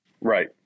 Right